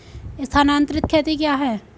स्थानांतरित खेती क्या है?